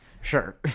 Sure